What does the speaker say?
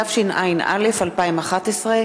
התשע”א 2011,